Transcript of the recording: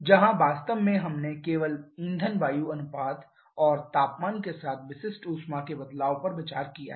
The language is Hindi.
जहां वास्तव में हमने केवल ईंधन वायु अनुपात और तापमान के साथ विशिष्ट ऊष्मा के बदलाव पर विचार किया है